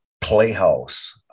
Playhouse